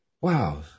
wow